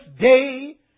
day